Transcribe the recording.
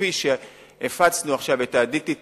כפי שהפצנו עכשיו את ה-DTT,